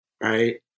right